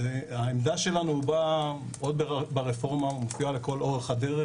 העמדה שלנו עוד ברפורמה שמופיעה לכל אורך הדרך,